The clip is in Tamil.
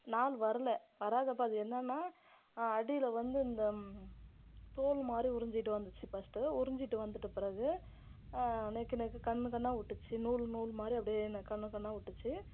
நாள் வர்லை வராதப்போ அது என்னான்னால் அடியில் வந்து இந்த தோல் மாதிரி உரிஞ்சிக்கிட்டு வந்துச்சி ஃபஸ்ட்டு உரிஞ்சிட்டு வந்துவிட்ட பிறகு நெருக்கி நெருக்கி கன்னு கன்னா விட்டுச்சி நூல் நூல் மாதிரி அப்படியே இந்த கன்னு கன்னா விட்டுச்சி